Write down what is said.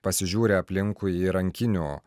pasižiūri aplinkui į rankinių